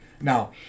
Now